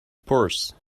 purse